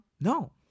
No